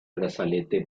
brazalete